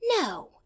No